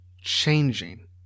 changing